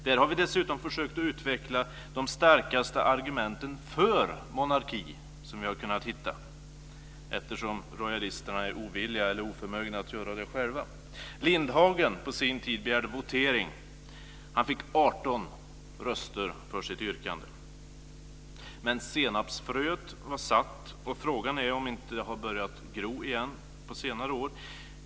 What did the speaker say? Där har vi dessutom försökt att utveckla de starkaste argument för monarkin som vi har kunnat hitta, eftersom rojalisterna är ovilliga eller oförmögna att göra det själva. röster för sitt yrkande. Men senapsfröet var satt, och frågan är om det inte på senare år har börjat gro igen.